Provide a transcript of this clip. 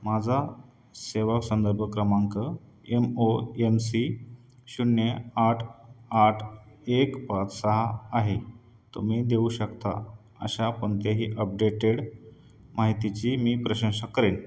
माझा सेवा संदर्भ क्रमांक एम ओ एम सी शून्य आठ आठ एक पाच सहा आहे तुम्ही देऊ शकता अशा कोणत्याही अपडेटेड माहितीची मी प्रशंशा करेन